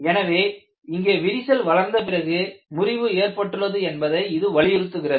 எனவே இங்கே விரிசல் வளர்ந்த பிறகு முறிவு ஏற்பட்டுள்ளது என்பதை இது வலியுறுத்துகிறது